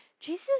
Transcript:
Jesus